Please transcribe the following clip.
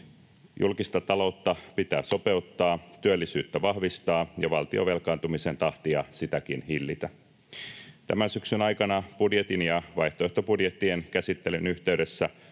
julkista taloutta pitää sopeuttaa, työllisyyttä vahvistaa ja valtion velkaantumisen tahtia sitäkin hillitä. Tämän syksyn aikana budjetin ja vaihtoehtobudjettien käsittelyn yhteydessä